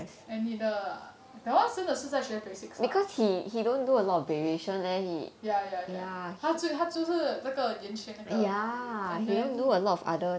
and 你的 that one 真的是在学 basics lah ya ya ya 他会就是圆圈那个 and then